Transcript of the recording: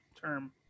term